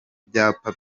byapa